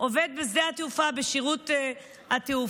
עובד בשדה התעופה בשירות התעופה,